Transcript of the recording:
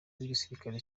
w’igisirikare